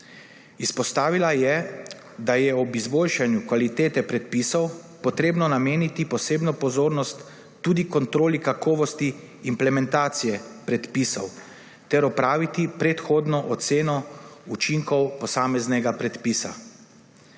Izpostavila je, da je ob izboljšanju kvalitete predpisov treba nameniti posebno pozornost tudi kontroli kakovosti implementacije predpisov ter opraviti predhodno oceno učinkov posameznega predpisa.